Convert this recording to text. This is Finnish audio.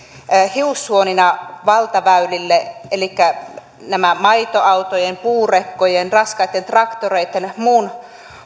hiussuonina valtaväylille elikkä näiden maitoautojen puurekkojen raskaitten traktoreitten muun